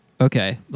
Okay